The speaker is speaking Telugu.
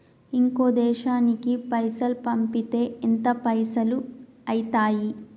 ఇంకో దేశానికి పైసల్ పంపితే ఎంత పైసలు అయితయి?